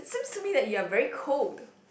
seems to me that you are very cold